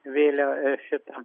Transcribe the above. vėliau šitą